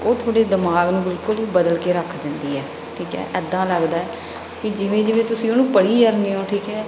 ਉਹ ਤੁਹਾਡੇ ਦਿਮਾਗ ਨੂੰ ਬਿਲਕੁਲ ਹੀ ਬਦਲ ਕੇ ਰੱਖ ਦਿੰਦੀ ਹੈ ਠੀਕ ਹੈ ਇੱਦਾਂ ਲੱਗਦਾ ਕਿ ਜਿਵੇਂ ਜਿਵੇਂ ਤੁਸੀਂ ਉਹਨੂੰ ਪੜ੍ਹੀ ਜਾਂਦੇ ਹੋ ਠੀਕ ਹੈ